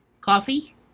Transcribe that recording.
coffee